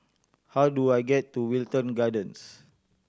how do I get to Wilton Gardens